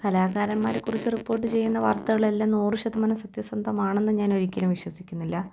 കലാകാരന്മാരെക്കുറിച്ച് report ചെയ്യുന്ന വാർത്തകളെല്ലാം നൂറ് ശതമാനം സത്യസന്ധമാണെന്ന് ഞാനൊരിക്കലും വിശ്വസിക്കുന്നില്ല